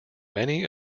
many